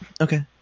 Okay